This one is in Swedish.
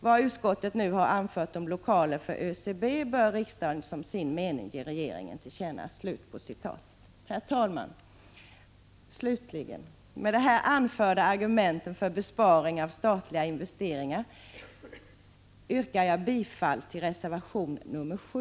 Vad utskottet nu har anfört om lokaler för ÖCB bör riksdagen som sin mening ge regeringen till känna.” Slutligen: Med de här anförda argumenten för besparingar på statliga investeringar yrkar jag bifall till reservation 7.